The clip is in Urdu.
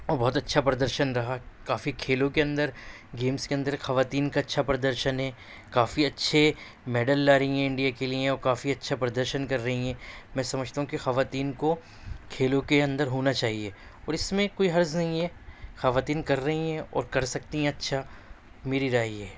اور بہت اچھا پردرشن رہا کافی کھیلوں کے اندر گیمس کے اندر خواتین کا اچھا پردرش ہے کافی اچھے میڈل لارہی ہیں انڈیا کے لئے اور کافی اچھا پردرشن کر رہی ہیں میں سمجھتا ہوں کہ خواتین کو کھیلوں کے اندر ہونا چاہئے اور اِس میں کوئی حرج نہیں ہے خواتین کر رہی ہیں اور کر سکتی ہیں اچھا میری رائے یہ ہے